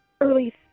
early